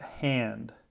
hand